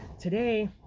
today